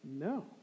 No